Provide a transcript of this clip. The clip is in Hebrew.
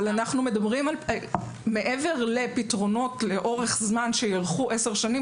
אבל אנחנו מדברים על מעבר לפתרונות לאורך זמן שילכו לעשר שנים,